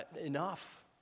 enough